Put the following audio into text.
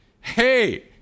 Hey